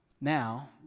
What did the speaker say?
Now